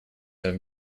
have